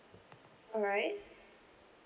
alright